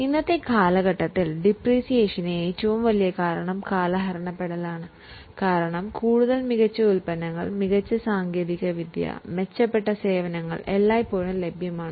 ഇന്നത്തെ കാലഘട്ടത്തിൽ ഡിപ്രീസിയേഷൻ്റെ ഏറ്റവും വലിയ കാരണം കാലഹരണപ്പെടലാണ് കാരണം കൂടുതൽ മികച്ച ഉൽപ്പന്നങ്ങൾ മെച്ചപ്പെട്ട സാങ്കേതികവിദ്യ മെച്ചപ്പെട്ട സേവനങ്ങൾ എല്ലായ്പ്പോഴും ലഭ്യമാണ്